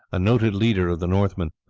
a noted leader of the northmen.